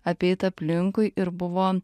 apeit aplinkui ir buvo